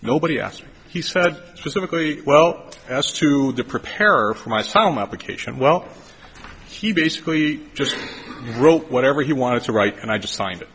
nobody asked me he said specifically well as to the preparer for my film application well he basically just wrote whatever he wanted to write and i just signed it